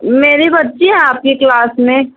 میری بچی ہے آپ کی کلاس میں